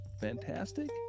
fantastic